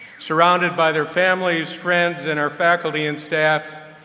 surrounded by their families, friends, and our faculty and staff,